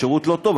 השירות לא טוב,